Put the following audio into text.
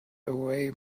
away